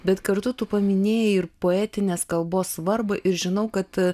bet kartu tu paminėjai ir poetinės kalbos svarbą ir žinau kad